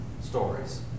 stories